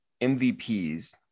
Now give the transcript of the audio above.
MVPs